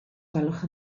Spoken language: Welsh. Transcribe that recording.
gwelwch